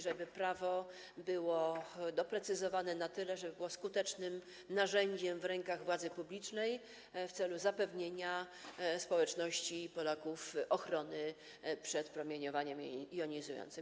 Żeby prawo było doprecyzowane na tyle, by być skutecznym narzędziem w rękach władzy publicznej w celu zapewnienia społeczności Polaków ochrony przed promieniowaniem jonizującym.